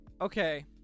Okay